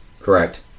Correct